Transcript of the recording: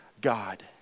God